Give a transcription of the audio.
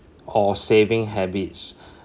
or saving habits